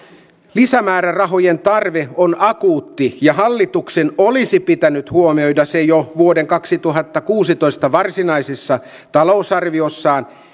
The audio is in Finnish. lisämäärärahojen tarve on akuutti ja hallituksen olisi pitänyt huomioida se jo vuoden kaksituhattakuusitoista varsinaisessa talousarviossaan